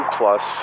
plus